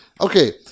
Okay